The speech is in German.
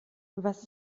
was